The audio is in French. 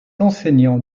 enseignant